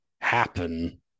happen